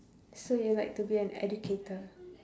so you like to be an educator